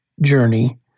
journey